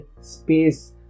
space